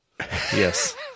Yes